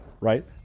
Right